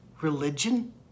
religion